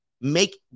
make